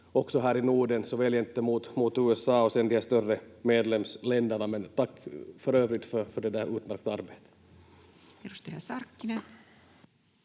också här i Norden såväl gentemot USA som de större medlemsländerna? Tack för övrigt för det utmärkta arbetet.